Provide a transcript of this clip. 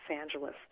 Angeles